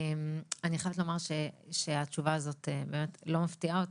אני חייבת לומר שהתשובה הזאת באמת לא מפתיעה אותנו,